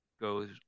goes